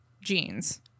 jeans